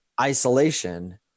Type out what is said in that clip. Isolation